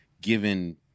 given